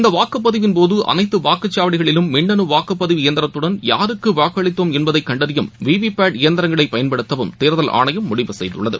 இந்தவாக்குப்பதிவின் போதுஅனைத்துவாக்குச்சாவடிகளிலும் மின்னனுவாக்குப்பதிவு இயந்திரத்துடன் யாருக்குவாக்களித்தோம் என்பதைகண்டறியும் விவிபேட் இயந்திரங்களைபயன்படுத்ததேர்தல் ஆணையம் முடிவு செய்துள்ளது